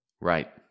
Right